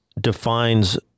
defines